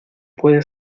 puede